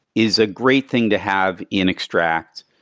is a great thing to have in extract.